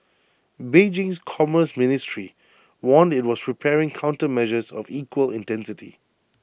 Beijing's commerce ministry warned IT was preparing countermeasures of equal intensity